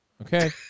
Okay